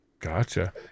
Gotcha